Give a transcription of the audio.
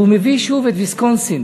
והוא מביא שוב את ויסקונסין,